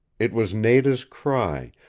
it was nada's cry,